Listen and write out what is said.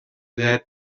led